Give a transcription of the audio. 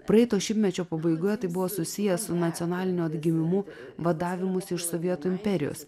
praeito šimtmečio pabaigoje tai buvo susiję su nacionaliniu atgimimu vadavimusi iš sovietų imperijos